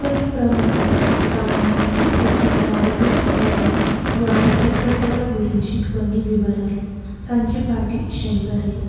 కొన్ని ప్రముఖ స్థానిక చిత్రకారులు మరియు వారి చిత్రకళ గురించి కొన్ని వివరాలు కంచిపాటి శంకరయ్య